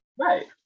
Right